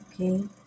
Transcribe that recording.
okay